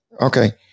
Okay